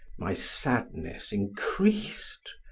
my sadness increased.